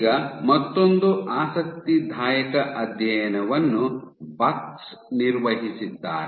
ಈಗ ಮತ್ತೊಂದು ಆಸಕ್ತಿದಾಯಕ ಅಧ್ಯಯನವನ್ನು ಬಕ್ಸ್ ನಿರ್ವಹಿಸಿದ್ದಾರೆ